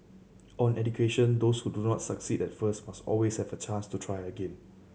on education those who do not succeed at first must always have chance to try again